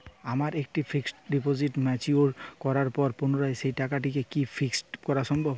আমার একটি fixed deposit mature করার পর পুনরায় সেই টাকাটিকে কি ফিক্সড করা সম্ভব?